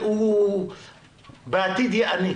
בעתיד הוא יהיה עני.